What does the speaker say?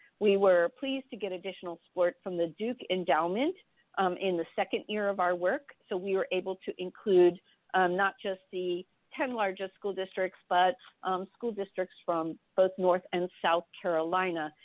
we were pleased to get additional support from the duke endowment in the second year of our work. so we were able to include um not just the ten largest school districts, but school districts from both north and south carolina.